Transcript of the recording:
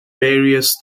various